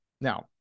Now